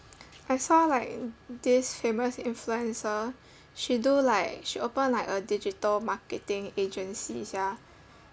I saw like this famous influencer she do like she open like a digital marketing agency sia